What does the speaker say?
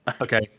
Okay